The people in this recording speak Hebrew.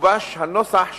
גובש הנוסח שלפניכם,